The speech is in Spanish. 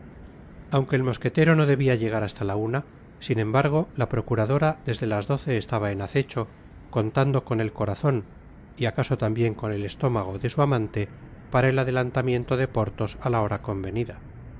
aunque el mosquetero no debiera llegar hasta la una sin embargo la procuradora desde las doce estaba en acecho contando con el corazon y acaso tambien con el estómago de su amante para el adelantamiento de porthos á la hora convenida